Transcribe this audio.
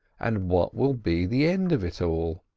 and what will be the end of it all.